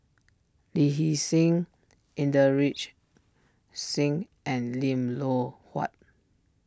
Lee Hee Seng Inderjit Singh and Lim Loh Huat